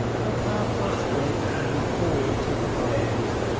the paths are straight, and lead all to the highways.